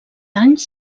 anys